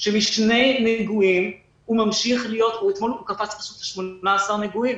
שמשני נגועים הוא קפץ עכשיו ל-18 נגועים?